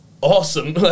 awesome